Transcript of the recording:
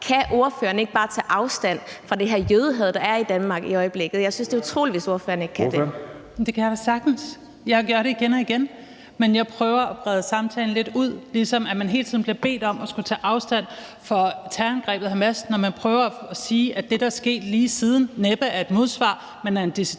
Kan ordføreren ikke bare tage afstand fra det her jødehad, der er i Danmark i øjeblikket? Jeg synes, det er utroligt, hvis ordføreren ikke kan det. Kl. 22:02 Anden næstformand (Jeppe Søe): Ordføreren. Kl. 22:02 Franciska Rosenkilde (ALT): Det kan jeg da sagtens. Jeg gør det igen og igen, men jeg prøver at brede samtalen lidt ud, ligesom man hele tiden bliver bedt om at skulle tage afstand fra terrorangrebet og Hamas, når man prøver at sige, at det, der er sket lige siden, næppe er et modsvar, men er en decideret